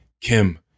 Kim